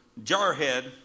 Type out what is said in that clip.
Jarhead